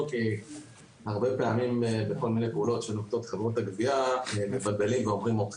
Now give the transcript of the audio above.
אם המצב הקיים בנקודה הזאת הוא טוב, אז הוא